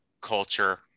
culture